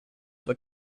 were